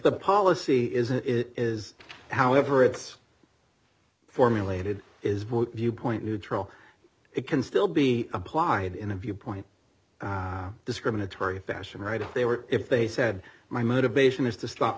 the policy isn't it is however it's formulated is viewpoint neutral it can still be applied in a viewpoint discriminatory fashion right if they were if they said my motivation is to stop